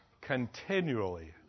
continually